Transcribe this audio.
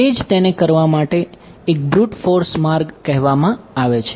તે જ તેને કરવા માટે એક બ્રુટ ફોર્સ માર્ગ કહેવામાં આવે છે